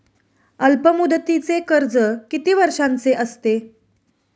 अल्पमुदतीचे कर्ज किती वर्षांचे असते?